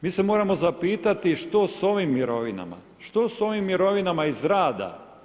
Mi se moramo zapitati što sa ovim mirovinama, što s ovim mirovinama iz rada.